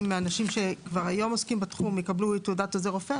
האנשים שכבר היום עוסקים בתחום יקבלו תעודת עוזר רופא,